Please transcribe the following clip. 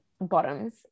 bottoms